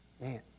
Man